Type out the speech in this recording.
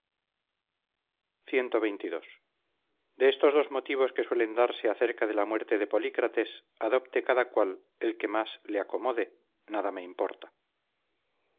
palabra cxxii de estos dos motivos que suelen darse acerca de la muerte de polícrates adopte cada cual el que más le acomode nada me importa